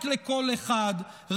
רק לקול אחד,